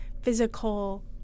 physical